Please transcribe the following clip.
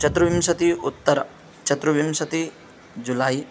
चतुर्विंशति उत्तर चतुर्विंशति जुलै